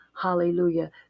hallelujah